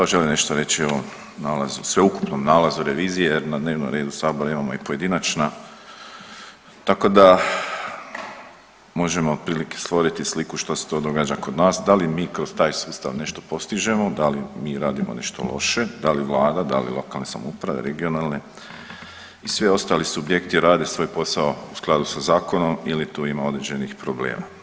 Evo želim nešto reći o nalazu, sveukupnom nalazu revizije jer na dnevnom redu sabora imamo i pojedinačna, tako da možemo otprilike stvoriti sliku što se to događa kod nas, da li mi kroz taj sustav nešto postižemo, da li mi radimo nešto loše, da li vlada, da li lokalne samouprave, regionalne i svi ostali subjekti rade svoj posao u skladu sa zakonom ili tu ima određenih problema.